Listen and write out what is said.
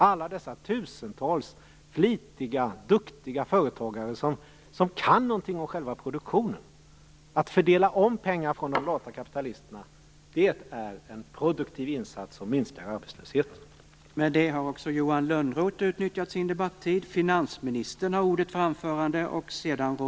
Det finns tusentals flitiga och duktiga företagare som kan någonting om själva produktionen. Att fördela om pengar från de lata kapitalisterna är en produktiv insats som minskar arbetslösheten.